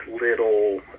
little